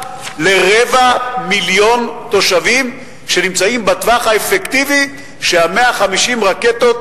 ל-250,000 תושבים שנמצאים בטווח האפקטיבי ש-150 הרקטות